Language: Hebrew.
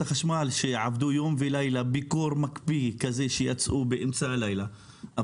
החשמל שעבדו יום ולילה בקור מקפיא כזה שיצאו באמצע הלילה.